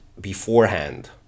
beforehand